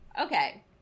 okay